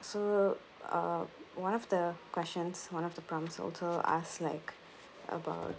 so uh one of the questions one of the prompts also ask like about